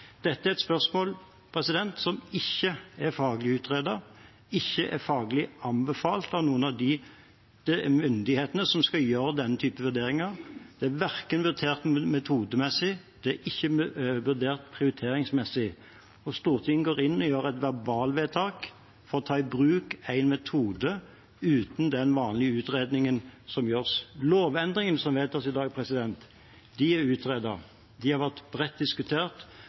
Dette er et spørsmål som ikke er faglig utredet, ikke er faglig anbefalt av noen av de myndighetene som skal gjøre denne typen vurderinger. Det er verken vurdert metodemessig eller vurdert prioriteringsmessig. Stortinget går inn og gjør et verbalvedtak for å ta i bruk en metode uten den utredningen som vanligvis gjøres. Lovendringene som vedtas i dag, er utredet. De har vært bredt diskutert,